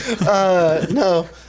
No